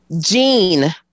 Gene